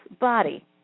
body